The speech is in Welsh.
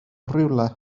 rywle